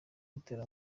gutera